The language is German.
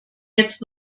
jetzt